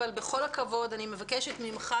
אבל אני מבקשת ממך,